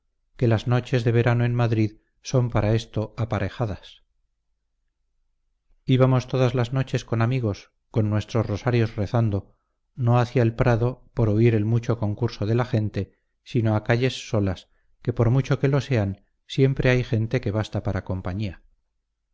que las noches de verano en madrid son para esto aparejadas íbamos todas las noches con amigos con nuestros rosarios rezando no hacia el prado por huir el mucho concurso de la gente sino a calles solas que por mucho que lo sean siempre hay la gente que basta para compañía